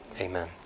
Amen